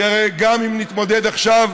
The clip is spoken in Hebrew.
כי הרי גם אם נתמודד עכשיו,